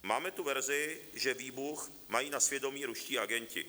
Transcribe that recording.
Máme tu verzi, že výbuch mají na svědomí ruští agenti.